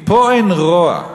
אם פה אין רוע,